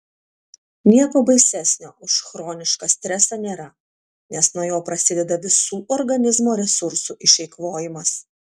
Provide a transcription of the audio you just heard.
nieko baisesnio už chronišką stresą nėra nes nuo jo prasideda visų organizmo resursų išeikvojimas